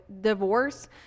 divorce